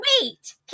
wait